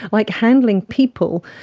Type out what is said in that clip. like handling people,